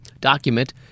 document